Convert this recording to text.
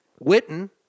Witten